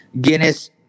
Guinness